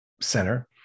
center